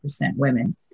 women